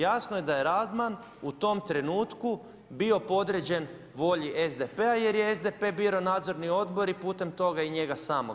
Jasno je da je Radman u tom trenutku bio podređen volji SDP-a jer je SDP-e birao Nadzorni odbor i putem toga i njega samog.